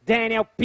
Daniel